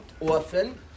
often